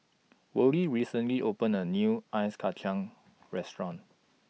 Worley recently opened A New Ice Kacang Restaurant